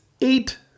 eight